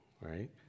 Right